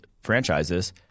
franchises